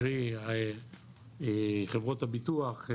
קרי חברות הביטוח,